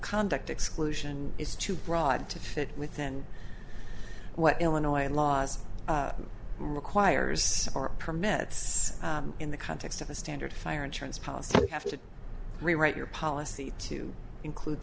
conduct exclusion is too broad to fit within what illinois laws requires permits in the context of a standard fire insurance policy have to rewrite your policy to include